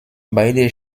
beide